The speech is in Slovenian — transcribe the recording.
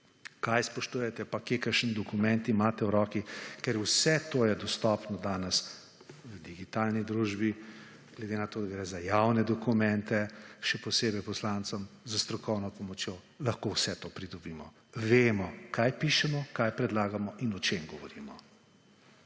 kaj spoštujete, pa kje kakšen dokument imate v roki, ker vse to je dostopno danes v digitalni družbi, glede na to, da gre za javne dokumente, še posebej poslancem s strokovno pomočjo lahko vse to pridobimo. Vemo kaj pišemo, kaj predlagamo in o čem govorimo.